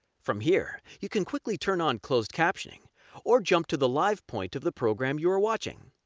from here, you can quickly turn on closed captioning or jump to the live point of the program you are watching.